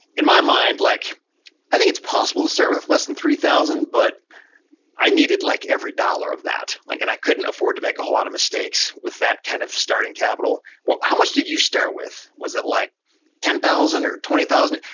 in my mind, like i think it's possible to start with less than three thousand, but i needed like every dollar of that like and i couldn't afford to make a whole lot of mistakes with that kind of starting capital, how much did you start with? was it like ten thousand or twenty thousand?